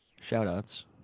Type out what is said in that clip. shout-outs